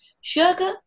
Sugar